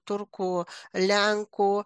turkų lenkų